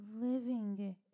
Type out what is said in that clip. living